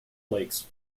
flakes